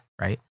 right